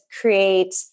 create